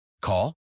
Call